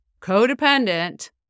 codependent